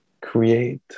create